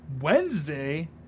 Wednesday